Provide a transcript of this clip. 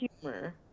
humor